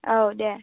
औ दे